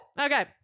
Okay